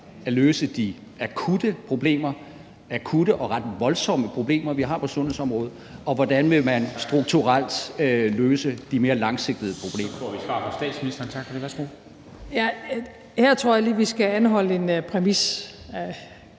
at løse de akutte problemer, akutte og ret voldsomme problemer, vi har på sundhedsområdet, og hvordan vil man strukturelt løse de mere langsigtede problemer? Kl. 00:15 Formanden (Henrik